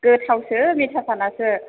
गोथावसो मिथा पानासो